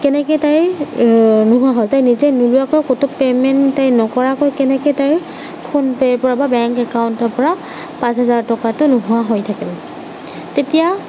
কেনেকৈ তাইৰ নোহোৱা হ'ল তাই নিজেই নোলোৱাকৈ ক'তো পেমেণ্ট তাই নকৰাকৈ কেনেকৈ তাইৰ ফোনপে'ৰ পৰা বা বেংক একাউণ্টৰ পৰা পাঁচ হাজাৰ টকাতো নোহোৱা হৈ থাকিল তেতিয়া